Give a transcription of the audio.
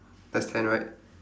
just ten right